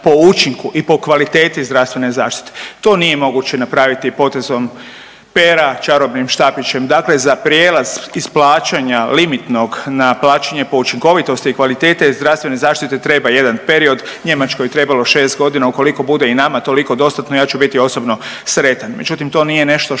po učinku i po kvaliteti zdravstvene zaštite. To nije moguće napraviti potezom pera, čarobnim štapićem. Dakle, za prijelaz iz plaćanja limitnog na plaćanje po učinkovitosti i kvaliteti zdravstvene zaštite treba jedan period. Njemačkoj je trebalo 6 godina. Ukoliko bude i nama toliko dostatno ja ću biti osobno sretan. Međutim to nije nešto što